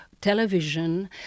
television